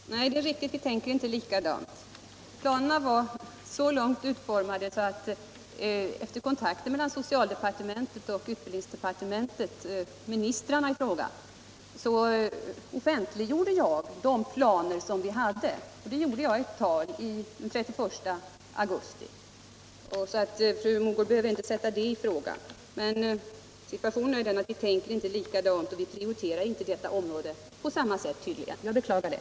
Herr talman! Nej, det är riktigt — vi tänker inte likadant. Planerna var så långt utformade att efter kontakter mellan ministrarna i socialdepartementet och utbildningsdepartementet offentliggjorde jag de planer som vi hade. Det gjorde jag i ett tal den 31 augusti, så fru Mogård behöver inte sätta det i fråga. Men situationen är den att vi tänker inte likadant och prioriterar tydligen inte detta område på samma sätt. Jag beklagar det.